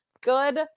Good